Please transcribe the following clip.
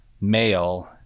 male